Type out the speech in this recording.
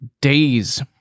days